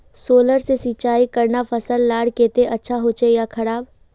Solar से सिंचाई करना फसल लार केते अच्छा होचे या खराब?